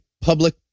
public